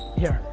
here,